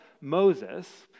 Moses